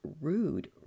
rude